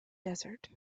desert